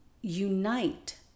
unite